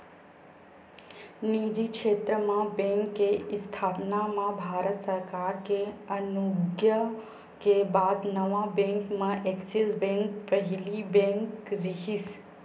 निजी छेत्र म बेंक के इस्थापना म भारत सरकार के अनुग्या के बाद नवा बेंक म ऐक्सिस बेंक पहिली बेंक रिहिस